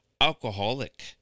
alcoholic